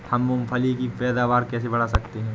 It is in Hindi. हम मूंगफली की पैदावार कैसे बढ़ा सकते हैं?